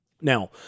Now